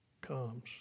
comes